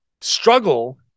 struggle –